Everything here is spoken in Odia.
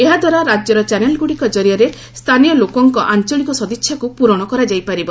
ଏହାଦ୍ୱାରା ରାଜ୍ୟର ଚ୍ୟାନେଲ୍ଗୁଡ଼ିକ ଜରିଆରେ ସ୍ଥାନୀୟ ଲୋକଙ୍କ ଆଞ୍ଚଳିକ ସଦିଚ୍ଛାକୁ ପୂରଣ କରାଯାଇ ପାରିବ